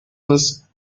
was